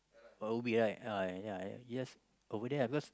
at Ubi right uh ya ya yes over there I gots